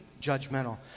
judgmental